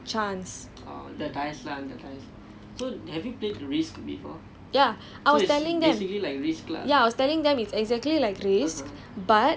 so dice எல்லாம்:ellaam roll பண்ணும்போது:pannanum pothu there is still like one component that is left up to chance